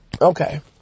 Okay